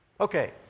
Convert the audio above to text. Okay